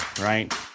right